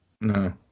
No